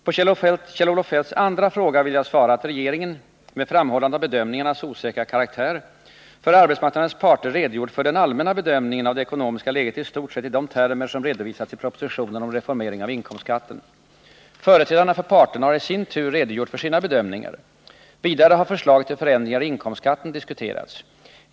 På Kjell-Olof Feldts andra fråga vill jag svara att regeringen, med framhållande av bedömningarnas osäkra karaktär, för arbetsmarknadens parter redogjort för den allmänna bedömningen av det ekonomiska läget i stort sett i de termer som redovisats i propositionen om reformering av inkomstskatten. Företrädarna för parterna har i sin tur redogjort för sina bedömningar. Vidare har förslaget till förändringar i inkomstskatten diskuterats.